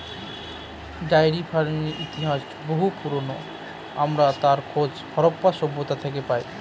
diary ফার্মিংয়ের ইতিহাস বহু পুরোনো, আমরা তার খোঁজ হরপ্পা সভ্যতা থেকে পাই